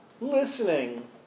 listening